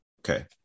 Okay